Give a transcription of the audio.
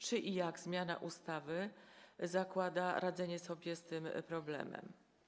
Czy i jak zmiana ustawy zakłada radzenie sobie z tym problemem?